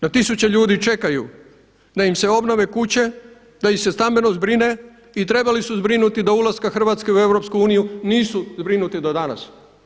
Na tisuće ljudi čekaju da im se obnove kuće, da ih se stambeno zbrine i trebali su zbrinuti do ulaska Hrvatske u Europsku uniju, nisu zbrinuti do danas.